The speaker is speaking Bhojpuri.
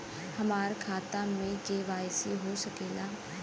हमार खाता में के.वाइ.सी हो सकेला?